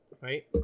Right